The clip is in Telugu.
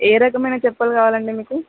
ఏ రకమైన చెప్పులు కావాలండి మీకు